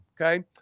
Okay